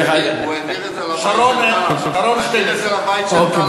הוא העביר את זה לבית של טלב.